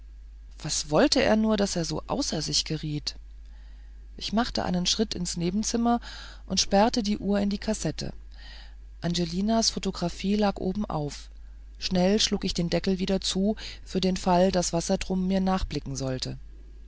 was wollte er nur daß er so außer sich geriet ich machte einen schritt ins nebenzimmer und sperrte die uhr in die kassette angelinas photographie lag obenauf schnell schlug ich den deckel wieder zu für den fall daß wassertrum mir nachblicken sollte